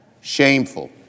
shameful